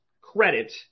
credit